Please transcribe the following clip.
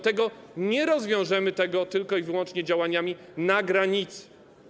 Tego nie rozwiążemy tylko i wyłącznie działaniami na granicy.